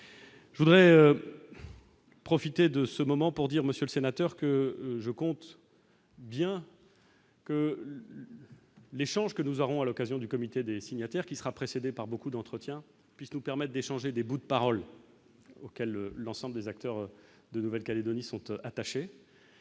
je voudrais profiter de ce moment pour dire Monsieur le Sénateur, que je compte bien que l'échange que nous aurons à l'occasion du comité des signataires qui sera précédée par beaucoup d'entretien puisque nous permettent d'échanger des bouts de paroles auxquelles l'ensemble des acteurs de Nouvelle-Calédonie sont eux attachés